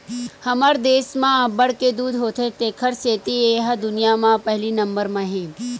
हमर देस म अब्बड़ के दूद होथे तेखर सेती ए ह दुनिया म पहिली नंबर म हे